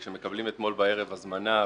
כשמקבלים אתמול בערב הזמנה,